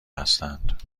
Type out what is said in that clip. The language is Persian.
هستند